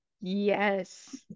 yes